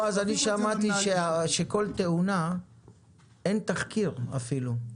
שמעתי שאין תחקיר על כל תאונה אפילו.